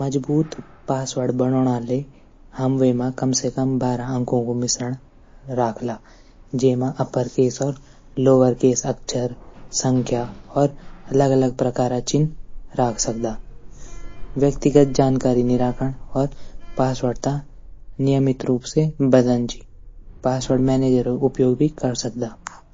मजबूत पासवर्ड बणौंणो ले हम वेमा कम से कम बारह अंको मिश्रण राखला। वे मा अपरकेस वा लोवरकेस अक्षर संख्या अलग अलग प्रकारा चिन्ह राख सकद। व्यतिगत जानकारी नि रखण। पासवर्ड थै नियमित रूप से बदलण। पासवर्ड मैनेजर उपयोग भी पासवर्ड मैनेजर उपयोग भी कर सकदा।